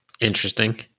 interesting